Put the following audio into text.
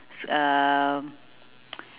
s~ um